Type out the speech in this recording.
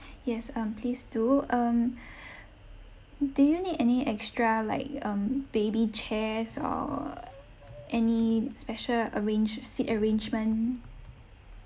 yes um please do um do you need any extra like um baby chairs or any special arrange~ seat arrangement